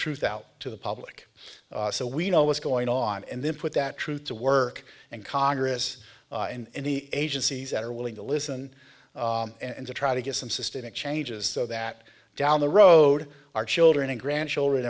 truth out to the public so we know what's going on and then put that truth to work and congress and the agencies that are willing to listen and to try to get some systemic changes so that down the road our children and grandchildren